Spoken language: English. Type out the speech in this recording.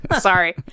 Sorry